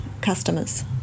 customers